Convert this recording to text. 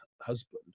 husband